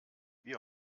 wie